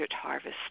Harvest